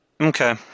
Okay